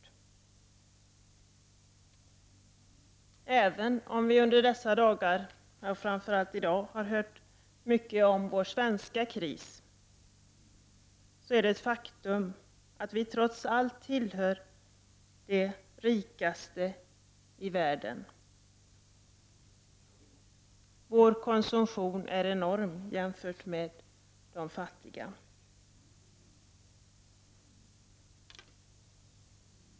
Även om vi under de senaste dagarna, framför allt i dag, har hört mycket om vår svenska kris, är det ett faktum att vårt land trots allt tillhör de rikaste i världen. Vår konsumtion är enorm jämfört med de fattigas.